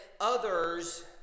others